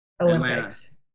Olympics